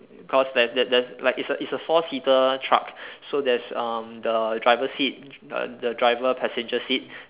cause there's there's there's like is a is a four seater truck so there's um the driver seat the the driver passenger seat